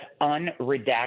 unredacted